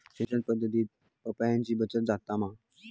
सिंचन पध्दतीत पाणयाची बचत जाता मा?